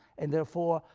and therefore,